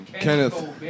Kenneth